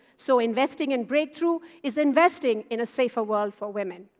so investing in breakthrough is investing in a safer world for women.